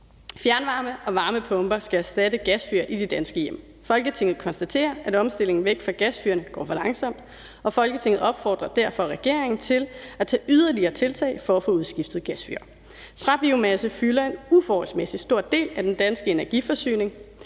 Fjernvarme og varmepumper skal erstatte gasfyr i de danske hjem. Folketinget konstaterer, at omstillingen væk fra gasfyrene går for langsomt. Folketinget opfordrer derfor regeringen til at tage yderligere tiltag til at få udskiftet gasfyr. Træbiomasse fylder en uforholdsmæssigt stor del af den danske energiforsyning.